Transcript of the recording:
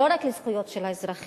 לא רק לזכויות של האזרחים,